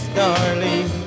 darling